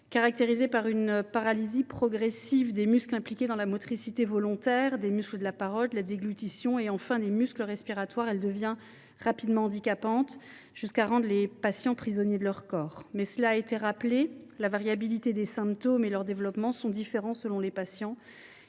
Caractérisée par une paralysie progressive des muscles impliqués dans la motricité volontaire, des muscles de la parole et de la déglutition, puis des muscles respiratoires, elle devient rapidement handicapante, jusqu’à rendre les patients prisonniers de leur corps. Cela a été rappelé, la variabilité des symptômes et leur développement sont différents selon les patients.